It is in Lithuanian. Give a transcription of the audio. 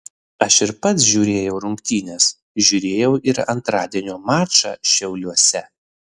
aš ir pats žiūrėjau rungtynes žiūrėjau ir antradienio mačą šiauliuose